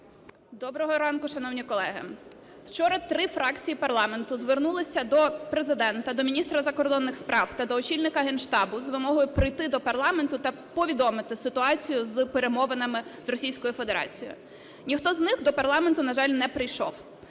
Доброго ранку, шановні колеги. Вчора три фракції парламенту звернулися до Президента, до міністра закордонних справ та до очільника Генштабу з вимогою прийти до парламенту та повідомити ситуацію з перемовинами з Російською Федерацією. Ніхто з них до парламенту, на жаль, не прийшов.